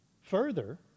Further